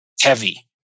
heavy